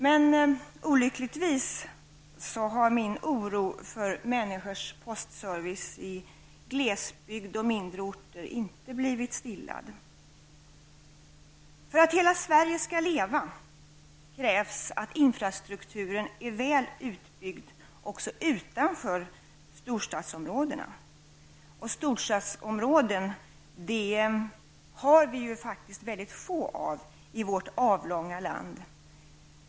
Men olyckligtvis har min oro för människors postservice i glesbygd och mindre orter inte blivit stillad. För att hela Sverige skall leva krävs det att infrastrukturen är väl utbyggd också utanför storstadsområdena, och storstadsområden har vi faktiskt väldigt få av i vårt avlånga land.